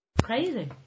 crazy